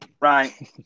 right